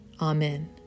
Amen